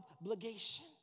obligation